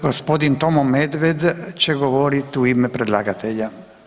Gospodin Tomo Medved će govoriti u ime predlagatelja.